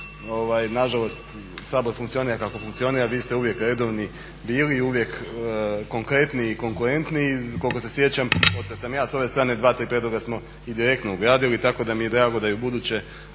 Nažalost, Sabor funkcionira kako funkcionira, vi ste uvijek redovni bili i uvijek konkretni i konkurentni i koliko se sjećam otkad sam ja s ove strane dva-tri prijedloga smo i direktno ugradili tako da mi je drago da i ubuduće